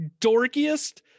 dorkiest